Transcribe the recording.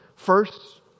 First